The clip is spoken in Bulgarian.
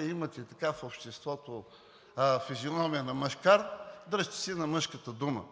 имате в обществото физиономия на мъжкар, дръжте си на мъжката дума.